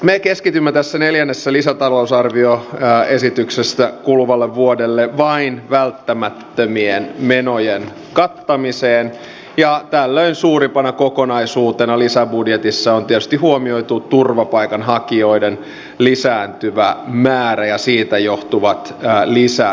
me keskitymme tässä neljännessä lisätalousarvioesityksessä kuluvalle vuodelle vain välttämättömien menojen kattamiseen ja tällöin suurimpana kokonaisuutena lisäbudjetissa on tietysti huomioitu turvapaikanhakijoiden lisääntyvä määrä ja siitä johtuvat lisämenot